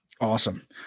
Awesome